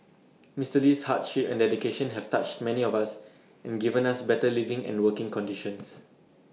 Mister Lee's hard ship and dedication have touched many of us and given us better living and working conditions